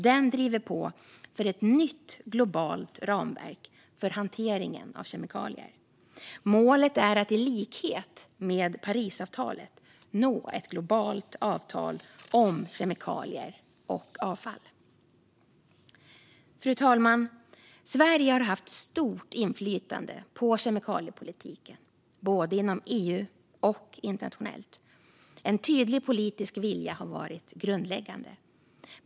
Den driver på för ett nytt globalt ramverk för hanteringen av kemikalier. Målet är att nå ett globalt avtal liknande Parisavtalet om kemikalier och avfall. Fru talman! Sverige har haft stort inflytande på kemikaliepolitiken, både inom EU och internationellt. En tydlig politisk vilja har varit grundläggande.